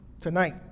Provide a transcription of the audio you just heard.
tonight